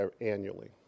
annually